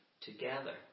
together